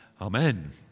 Amen